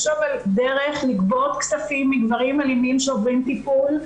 לחשוב על דרך לגבות כסף מגברים אלימים שעוברים טיפול,